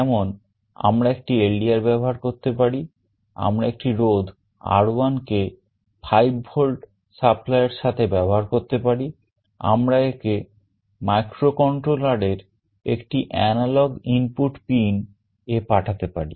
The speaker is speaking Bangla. যেমন আমরা একটি LDR ব্যবহার করতে পারি আমরা একটি রোধ R1 কে 5V supplyএর সাথে ব্যবহার করতে পারি আমরা একে microcontroller এর একটি এনালগ ইনপুট pin এ পাঠাতে পারি